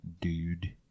dude